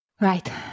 Right